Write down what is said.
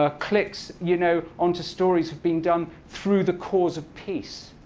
ah clicks you know onto stories have been done through the cause of peace.